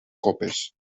copes